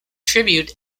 tribute